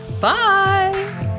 bye